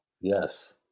Yes